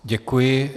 Děkuji.